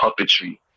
puppetry